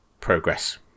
progress